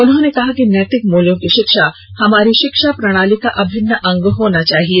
उन्होंने कहा कि नैतिक मुल्यों की शिक्षा हमारी शिक्षा प्रणाली का अभिन्न अंग होना चाहिए